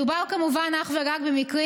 מדובר, כמובן, אך ורק במקרים